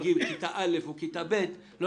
תחילת הלימודים לבית ספר שומם בכיתה א' או ב' אני